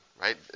Right